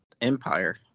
Empire